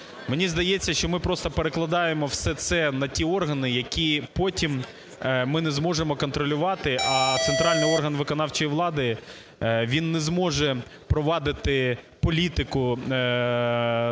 Мені здається, що ми просто перекладаємо все це на ті органи, які потім ми не зможемо контролювати, а центральний орган виконавчої влади, він не зможе провадити політику того